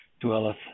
dwelleth